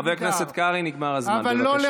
חבר הכנסת קרעי, נגמר הזמן, בבקשה.